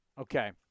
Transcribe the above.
Okay